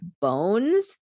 bones